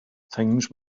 things